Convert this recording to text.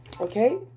okay